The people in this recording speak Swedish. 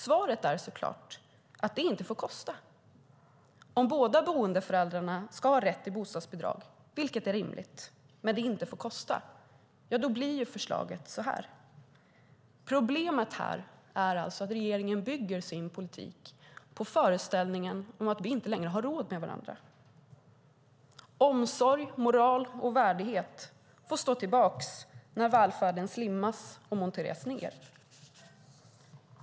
Svaret är så klart att det inte får kosta. Om båda boendeföräldrarna ska ha rätt till bostadsbidrag, vilket är rimligt, men det inte får kosta, då blir förslaget så här. Problemet här är alltså att regeringen bygger sin politik på föreställningen att vi inte längre har råd med varandra. Omsorg, moral och värdighet får stå tillbaka när välfärden slimmas och monteras ned.